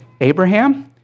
Abraham